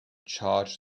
charge